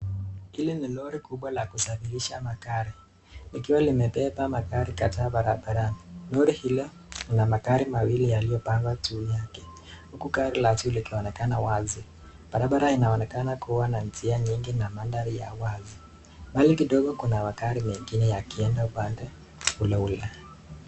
Hili ni lori kubwa la kusafirisha magari likiwa limebeba magari kadhaa barabarani lori hili linaa magari mawili yaliyopangwa juu yake huku gari la juu likionekana wazi. Barabara inaonekana kuwa na njia nyingi na mandhari ya wazi mbali kidogo kuna magari mengine yakieenda upande ule ule.